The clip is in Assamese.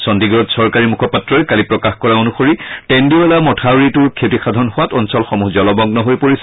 চণ্ডিগড়ত চৰকাৰী মুখপাত্ৰই কালি প্ৰকাশ কৰা অনুসৰি টেন্দিৱালা মথাউৰিটোৰ ক্ষতিসাধন হোৱাত অঞ্চলসমূহ জলমগ্ন হৈ পৰিছে